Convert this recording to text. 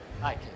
Hi